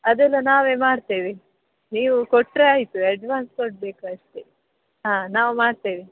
ಅದೆಲ್ಲ ನಾವೇ ಮಾಡ್ತೇವೆ ನೀವು ಕೊಟ್ಟರೆ ಆಯಿತು ಎಡ್ವಾನ್ಸ್ ಕೊಡಬೇಕು ಅಷ್ಟೆ ಹಾಂ ನಾವು ಮಾಡ್ತೇವೆ